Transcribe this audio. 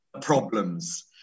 problems